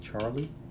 Charlie